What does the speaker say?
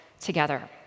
together